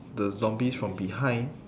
the zombies from behind